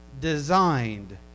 designed